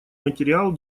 материал